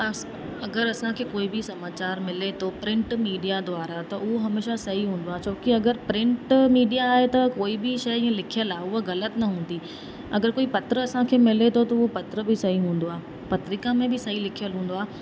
अगरि असांखे कोई बि समाचारु मिले थो प्रिंट मीडिया द्वारा त उहो हमेशह सही हूंदो आ छो की अगरि प्रिंट मीडिया आहे त कोई बि शइ ईअं लिखियलु आहे उहा ग़लति न हूंदी अगरि कोई पत्र असांखे मिले थो त उहो पत्र बि सही हूंदो आहे पत्रिका में बि सही लिखियलु हूंदो आहे